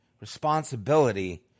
responsibility